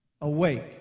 awake